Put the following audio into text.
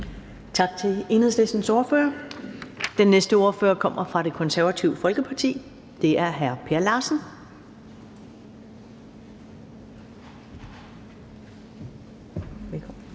Tak til Enhedslistens ordfører. Den næste ordfører kommer fra Det Konservative Folkeparti, og det er hr. Per Larsen.